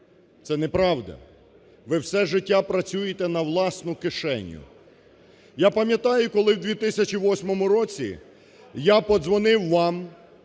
Це неправда. Ви все життя працюєте на власну кишеню. Я пам'ятаю, коли в 2008 році я подзвонив вам,